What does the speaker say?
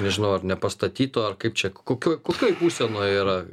nežinau ar nepastatytų ar kaip čia kokioj kokioj būsenoj yra